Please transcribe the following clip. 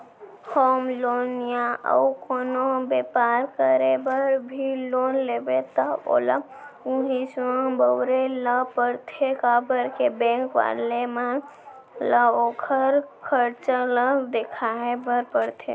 home loan या अउ कोनो बेपार करे बर भी लोन लेबे त ओला उहींच म बउरे ल परथे काबर के बेंक वाले मन ल ओखर खरचा ल देखाय बर परथे